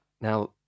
Now